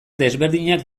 desberdinak